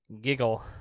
giggle